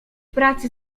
pracy